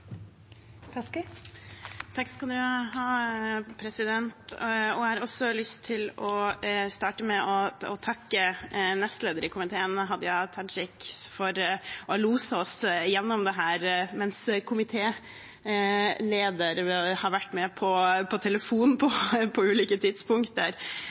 Jeg har også lyst til å starte med å takke første nestleder i komiteen, Hadia Tajik, for å ha loset oss gjennom dette, mens komitélederen har vært med på telefon på ulike tidspunkter.